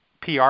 PR